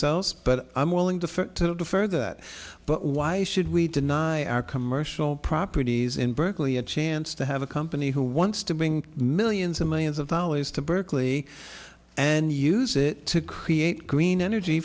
else but i'm willing to defer that but why should we deny our commercial properties in berkeley a chance to have a company who wants to bring millions and millions of dollars to berkeley and use it to create green energy